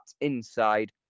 Inside